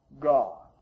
God